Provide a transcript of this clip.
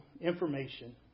information